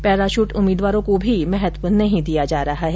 parachute उम्मीदवारों को भी महत्व नहीं दिया जा रहा है